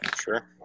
Sure